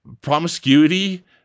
Promiscuity